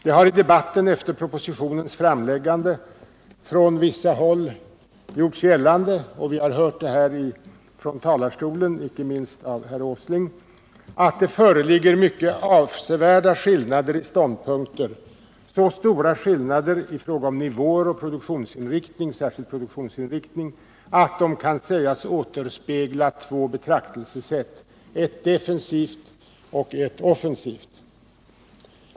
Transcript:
Det har i debatten efter propositionens framläggande från vissa håll gjorts gällande — vi har hört det från talarstolen, inte minst av herr Åsling att det föreligger mycket avsevärda skillnader i ståndpunkter, så stora skillnader i fråga om nivåer och produktionsinriktning — särskilt produktionsinriktning — att de kan sägas återspegla två betraktelsesätt, ett defensivt och ett offensivt.